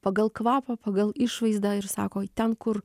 pagal kvapą pagal išvaizdą ir sako ten kur